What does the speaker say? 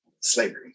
slavery